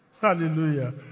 hallelujah